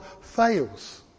fails